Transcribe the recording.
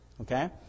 Okay